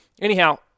anyhow